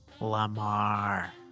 Lamar